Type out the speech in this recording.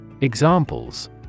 Examples